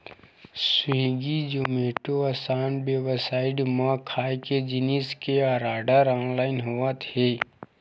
Swiggy, Zomato असन website म खाए के जिनिस के आरडर ऑनलाइन होवत हे